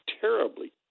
terribly